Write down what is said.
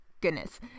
goodness